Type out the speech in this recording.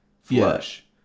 Flush